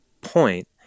point